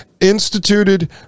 instituted